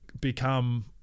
become